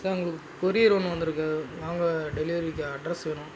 sir எங்களுக்கு courier ஒன்று வந்திருக்கு வாங்க டெலிவரிக்கு அட்ரஸ் வேணும்